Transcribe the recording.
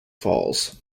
falls